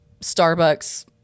Starbucks